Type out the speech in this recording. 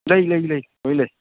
ꯂꯩ ꯂꯩ ꯂꯩ ꯂꯣꯏꯅ ꯂꯩ